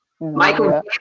Michael